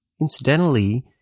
incidentally